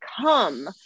come